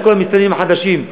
לכל המסתננים החדשים.